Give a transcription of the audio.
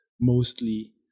mostly